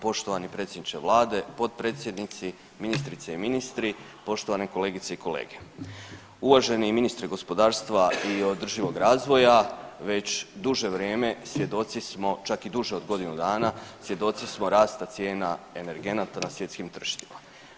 Poštovani predsjedniče vlade, potpredsjednici, ministrice i ministri, poštovane kolegice i kolege, uvaženi ministre gospodarstva i održivog razvoja već duže vrijeme svjedoci smo, čak i duže od godinu dana, svjedoci smo rasta cijena energenata na svjetskim tržištima.